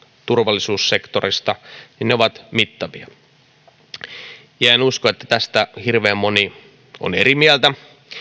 turvallisuussektorista niin ne ovat mittavia ja en usko että tästä hirveän moni on eri mieltä